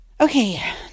Okay